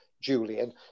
Julian